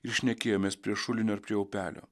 ir šnekėjomės prie šulinio ir prie upelio